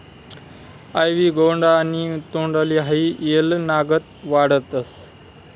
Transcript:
आइवी गौडो आणि तोंडली हाई येलनागत वाढतस